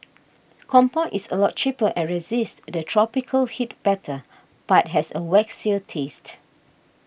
Compound is a lot cheaper and resists the tropical heat better but has a waxier taste